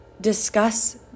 discuss